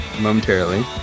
momentarily